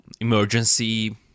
emergency